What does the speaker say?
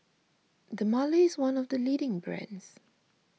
Dermale is one of the leading brands